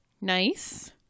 nice